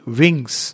wings